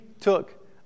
took